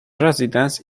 residence